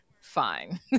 fine